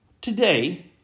today